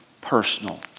personal